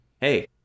hey